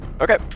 Okay